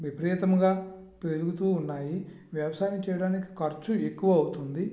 విపరీతముగా పెరుగుతూ వున్నాయి వ్యవసాయం చేయడానికి ఖర్చు ఎక్కువ అవుతుంది